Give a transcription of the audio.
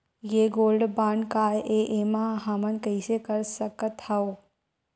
ये gold bond काय ए एमा हमन कइसे कर सकत हव?